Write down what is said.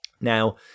Now